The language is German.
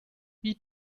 wie